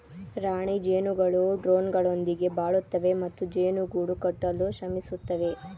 ರಾಣಿ ಜೇನುಗಳು ಡ್ರೋನ್ಗಳೊಂದಿಗೆ ಬಾಳುತ್ತವೆ ಮತ್ತು ಜೇನು ಗೂಡು ಕಟ್ಟಲು ಶ್ರಮಿಸುತ್ತವೆ